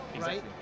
right